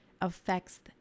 affects